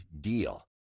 DEAL